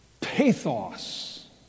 pathos